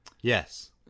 Yes